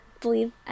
believe